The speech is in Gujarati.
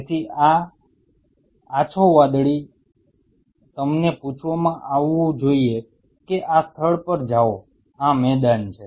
તેથી આ આછો વાદળી તમને પૂછવામાં આવવું જોઈએ કે આ સ્થળ પર જાઓ આ મેદાન છે